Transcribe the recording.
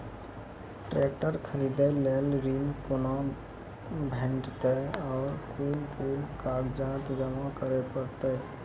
Tractor खरीदै लेल ऋण कुना भेंटते और कुन कुन कागजात जमा करै परतै?